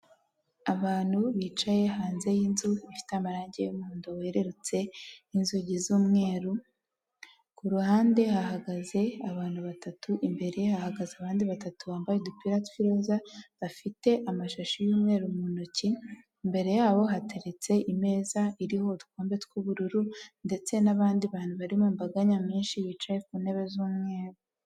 Abantu bicaye hanze y'inzu ifite amarangi y'umuhondo wererutse n'inzugi z'umweru, ku ruhande hahagaze abantu batatu, imbere hahagaze abandi batatu bambaye udupira tw'iroza, bafite amashashi y'umweru mu ntoki, imbere yabo hateretse imeza iriho udukombe tw'ubururu ndetse nbandi bantu barimo imbaga nyamwinshi, bicaye ku ntebe z'umweru.